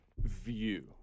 view